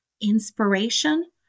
inspiration